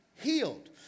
healed